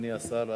אדוני השר,